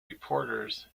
reporters